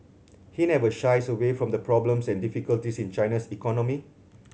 he never shies away from the problems and difficulties in China's economy